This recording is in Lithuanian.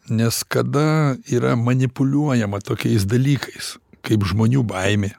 nes kada yra manipuliuojama tokiais dalykais kaip žmonių baimė